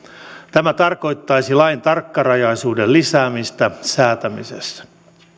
tämä tarkoittaisi lain tarkkarajaisuuden lisäämistä säätämisessä